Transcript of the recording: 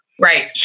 Right